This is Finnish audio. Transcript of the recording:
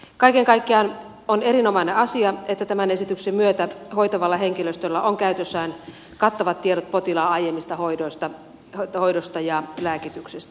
kaiken kaikkiaan on erinomainen asia että tämän esityksen myötä hoitavalla henkilöstöllä on käytössään kattavat tiedot potilaan aiemmasta hoidosta ja lääkityksestä